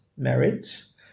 merits